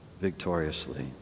victoriously